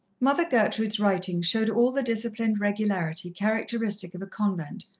mother gertrude's writing showed all the disciplined regularity characteristic of a convent,